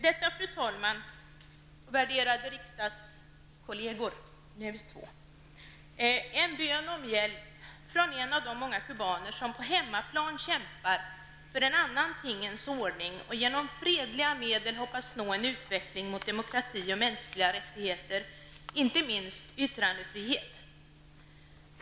Detta, fru talman, och värderade riksdagskolleger, är en bön om hjälp från en av de många kubaner som på hemmaplan kämpar för en annan tingens ordning och genom fredliga medel hoppas nå en utveckling mot demokrati och mänskliga rättigheter, inte minst yttrandefrihet.